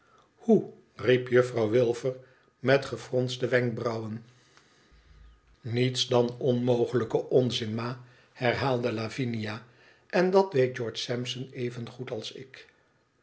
hoe riep juffrouw wilfer met gefronste wenkbrauwen niets dan onmogelijke onzin ma herhaalde lavinia len dat weet george sampson evengoed als ik